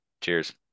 Cheers